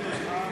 נתקבלה.